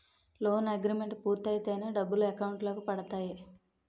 loan agreement పూర్తయితేనే డబ్బులు account లో పడతాయి